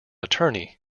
attorney